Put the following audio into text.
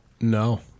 No